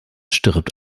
stirbt